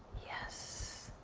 yes.